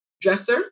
dresser